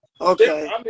Okay